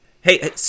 hey